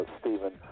Stephen